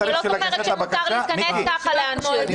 אני לא זוכרת שמותר להיכנס ככה לאן שהוא.